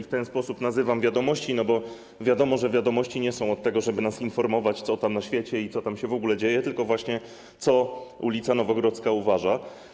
W ten sposób nazywam „Wiadomości”, bo wiadomo, że „Wiadomości” nie są od tego, żeby nas informować, co tam na świecie i co w ogóle się dzieje, tylko co ul. Nowogrodzka uważa.